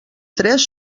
tres